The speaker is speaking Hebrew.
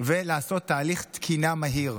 ולעשות תהליך תקינה מהיר.